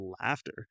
laughter